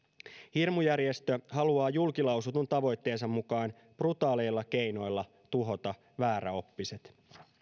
hirmujärjestö haluaa julkilausutun tavoitteensa mukaan brutaaleilla keinoilla tuhota vääräoppiset